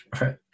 right